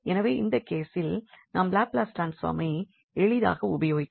எனவே இந்த கேசில் நாம் லாப்லஸ் ட்ரான்ஸ்பார்மை எளிதாக உபயோகிக்கலாம்